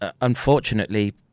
unfortunately